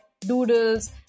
doodles